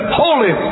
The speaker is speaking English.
holy